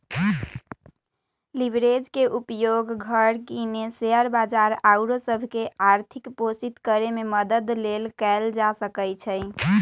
leverage के उपयोग घर किने, शेयर बजार आउरो सभ के आर्थिक पोषित करेमे मदद लेल कएल जा सकइ छै